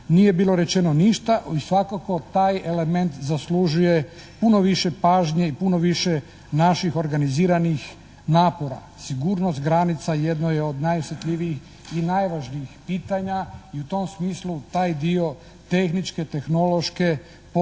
nije bilo rečeno ništa i svakako taj element zaslužuje puno više pažnje i puno više naših organiziranih napora. Sigurnost granica jedno je od najosjetljivijih i najvažnijih pitanja i u tom smislu taj dio tehničke, tehnološke potpore